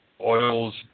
oils